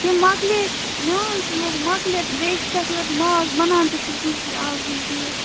تِم مکلے نِوان چھِ لُک مکلے تہٕ بیٚیہِ چھِ پٮ۪ٹھٕ یورٕ مال بَنان تہِ چھُنہٕ کُنی آز یِم تیٖر